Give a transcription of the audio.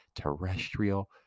terrestrial